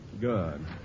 Good